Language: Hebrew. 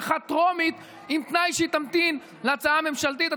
אחת טרומית עם תנאי שהיא תמתין להצעה הממשלתית.